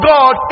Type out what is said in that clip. God